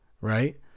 right